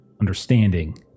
understanding